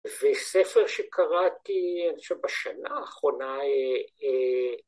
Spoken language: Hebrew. ‫וזה ספר שקראתי אני חושב בשנה האחרונה...